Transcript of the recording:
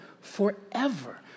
forever